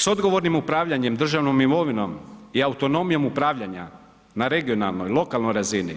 S odgovornim upravljanjem državnom imovinom i autonomijom upravljanja na regionalnoj, lokalnoj razini